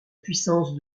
puissance